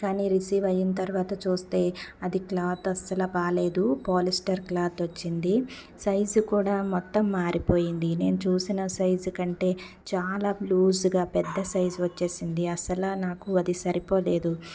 కానీ రిసీవ్ అయిన తర్వాత చూస్తే అది క్లాత్ అస్సలు బాగాలేదు పాలిస్టర్ క్లాత్ వచ్చింది సైజు కూడా మొత్తం మారిపోయింది నేను చూసిన సైజు కంటే చాలా లూసుగా పెద్ద సైజు వచ్చేసింది అసల నాకు అది సరిపోలేదు